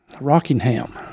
Rockingham